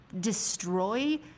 destroy